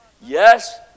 Yes